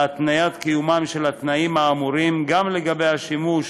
בהתניית קיומם של התנאים האמורים גם לגבי השימוש